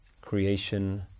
creation